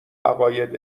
عقاید